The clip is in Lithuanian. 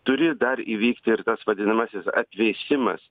turi dar įvykti ir tas vadinamasis atvėsimas